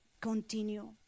continue